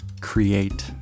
create